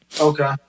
Okay